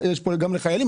יש פה גם לחיילים,